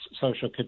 social